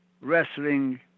wrestling